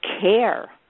care